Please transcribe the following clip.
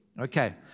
Okay